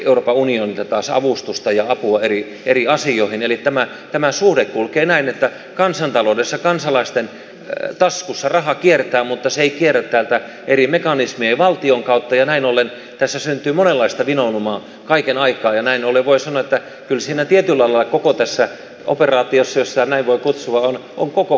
europa union joka saa avustusta ja rapua eli eri asioihin ylittämättömän suuri kulkee näin että kansantaloudessa kansalaisten ja taskussa raha kiertää mutta se kiertää eri mekanismia valtion kautta ja näin ollen tässä syntyy monenlaistakin ulvomaan kaiken aikaa ja näin ollen voi sanoa takkuisena tiedonalaa koko tässä operaatiossa jossa ne voi kutsua on kun koko